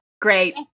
great